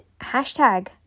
hashtag